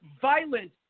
violent